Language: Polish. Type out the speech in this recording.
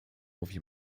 mówi